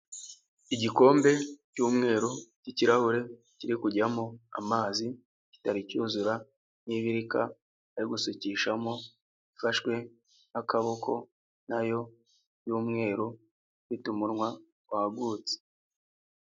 Igikombe cy'umweru k'ikirahure kiri kujyamo amazi, kitari cyuzura n'ibiririka bari gusukishamo ifashwe n'akaboko na yo y'umweru ufite umunwa wagutse.